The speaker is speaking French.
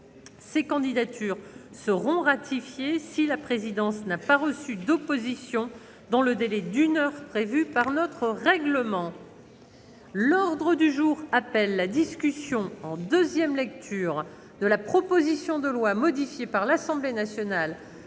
Ces candidatures seront ratifiées si la présidence n'a pas reçu d'opposition dans le délai d'une heure prévu par notre règlement. L'ordre du jour appelle la discussion, en deuxième lecture, de la proposition de loi de simplification,